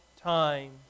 time